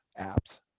apps